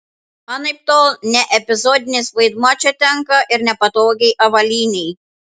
anaiptol ne epizodinis vaidmuo čia tenka ir nepatogiai avalynei